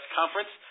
conference